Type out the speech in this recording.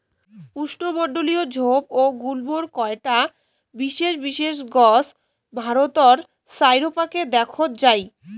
উষ্ণমণ্ডলীয় ঝোপ ও গুল্ম কয়টা বিশেষ বিশেষ গছ ভারতর চাইরোপাকে দ্যাখ্যাত যাই